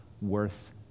worth